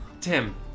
Tim